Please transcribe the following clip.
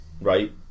right